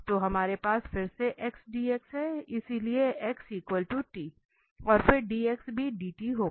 तो हमारे पास फिर से xdx है इसलिए x t और फिर dx भी dt होगा